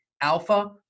Alpha